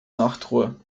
nachtruhe